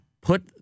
put